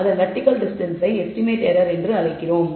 அதன் வெர்டிகல் டிஸ்டன்ஸ்ஸை estimated error என்று அழைக்கிறோம்